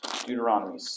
Deuteronomy